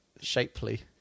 Shapely